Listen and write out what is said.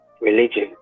Religion